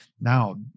Now